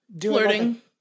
Flirting